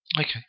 Okay